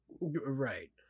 Right